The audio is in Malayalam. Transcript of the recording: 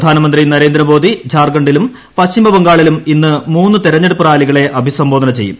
പ്രധാനമന്ത്രി നരേന്ദ്രമോദി ഝാർഖണ്ഡിലും പശ്ചിമബംഗാളിലും ഇന്ന് മൂന്ന് തിരഞ്ഞെടുപ്പ് റാലികളെ അഭിസംബോധന ചെയ്യും